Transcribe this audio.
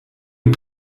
est